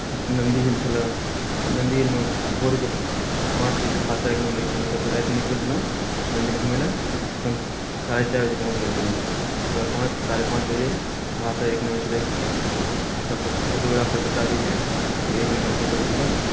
Nandi hill छलै नन्दी हिलमे भोरके पाँच बजे कुहासा एक नम्बर लगैत छै हम एतयसँ रातिमे निकलल छलहुँ नन्दी हिल घूमय लए ओतय हम साढ़े चारि बजे पहुँच गेल छलहुँ ओतुक्का पाँच साढ़े पाँच बजे कुहासा एक नम्बर से रहैत छै फो सभटा फोटोग्राफर सभटा अबैत छै ओ एक नम्बर फोटोसभ खीँचत